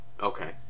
Okay